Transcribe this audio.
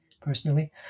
personally